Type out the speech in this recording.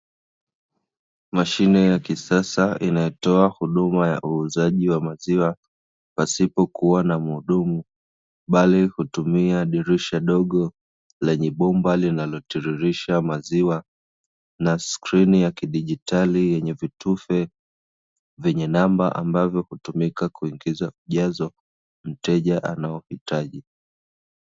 Mashine ya kisasa inayotoa huduma ya uuzaji wa maziwa, pasipokuwa na muhudumu bali kutumia dirisha dogo lenye bomba linalotiririsha maziwa na, skrini ya kidigitali yenye vitufe vyenye namba, ambavyo hutumika kuingiza ujazo mteja anaouhitaji.